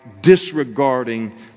disregarding